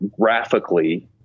graphically